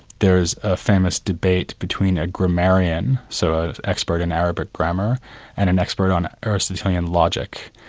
there is a famous debate between a grammarian, so an expert in arabic grammar, and an expert on aristotlean logic,